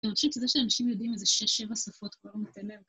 אני חושבת שזה שאנשים יודעים איזה שש-שבע שפות כבר נותן להם.